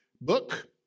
Book